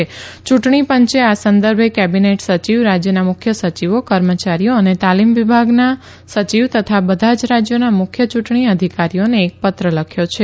યુંટણી પંચે આ સંદર્ભે કેબીનેટ સચિવ રાજયના મુખ્ય સચિવો કર્મચારી અને તાલીમ વિભાગના સચિવ તથા બધા રાજયોના મુખ્ય ચુંટણી અધિકારીઓને એક પત્ર લખ્યો છે